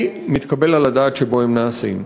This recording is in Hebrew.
והבלתי-מתקבל על הדעת שבו הם נעשים,